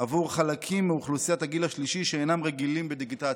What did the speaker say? עבור חלקים מאוכלוסיית הגיל השלישי שאינם רגילים בדיגיטציה.